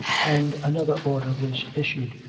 and another order was issued,